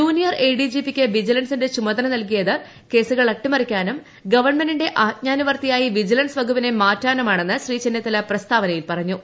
junior A D G പിക്ക് വിജിലൻസിന്റെ ചുമതല നൽകിയത് കേസുകൾ അട്ടിമറിക്കാനും ഗവൺമെന്റിന്റെ ആജ്ഞാനുവർത്തിയായി വിജിലൻസ് വകുപ്പിനെ മാറ്റാനുമാണെന്ന് ശ്രീ ചെന്നിത്തല പ്രസ്താവനയിൽ പറഞ്ഞു